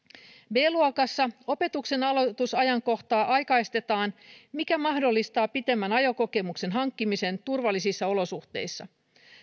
b luokassa opetuksen aloitusajankohtaa aikaistetaan mikä mahdollistaa pitemmän ajokokemuksen hankkimisen turvallisissa olosuhteissa